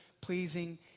pleasing